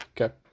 Okay